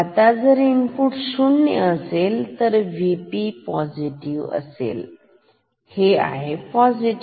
आता जर इनपुट शून्य असेल तर V P असेल पॉझिटिव हे आहे पॉझिटिव